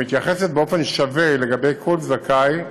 המתייחסת באופן שווה לכל זכאי,